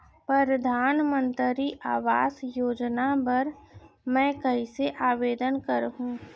परधानमंतरी आवास योजना बर मैं कइसे आवेदन करहूँ?